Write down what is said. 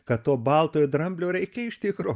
kad to baltojo dramblio reikia iš tikro